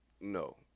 no